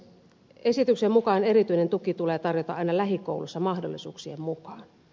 esityksen mukaan erityinen tuki tulee tarjota aina lähikoulussa mahdollisuuksien mukaan